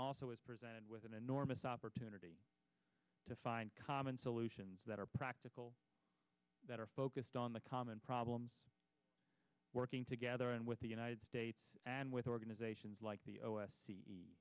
also is presented with an enormous opportunity to find common solutions that are practical that are focused on the common problems working together and with the united states and with organizations like the o s c e